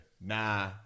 Nah